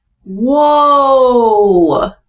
whoa